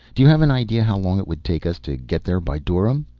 do you have an idea how long it would take us to get there by dorym?